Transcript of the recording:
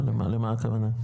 למה הכוונה?